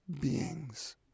beings